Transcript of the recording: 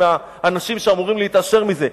האנשים שאמורים להתעשר מזה,